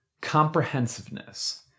comprehensiveness